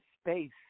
space